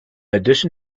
addition